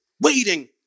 waiting